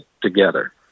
together